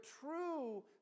true